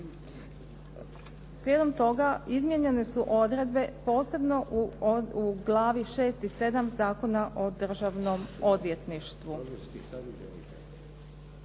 Slijedom toga izmijenjene su odredbe posebno u glavi šest i sedam Zakona o državnom odvjetništvu.